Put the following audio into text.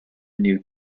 new